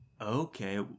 Okay